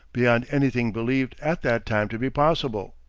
beyond anything believed at that time to be possible.